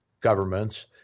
governments